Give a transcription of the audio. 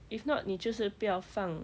if not 你就是不要放